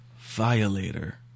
Violator